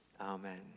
Amen